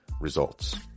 results